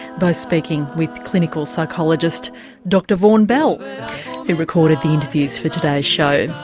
both speaking with clinical psychologist dr vaughan bell who recorded the interviews for today's show.